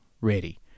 ready